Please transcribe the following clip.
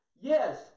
Yes